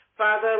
Father